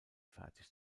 fertig